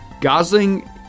Gosling